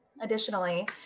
Additionally